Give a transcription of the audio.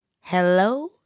Hello